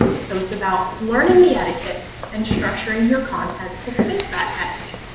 so it's about learning the etiquette and structuring your content to fit that etiquette.